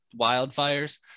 wildfires